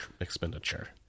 expenditure